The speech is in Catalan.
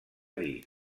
dir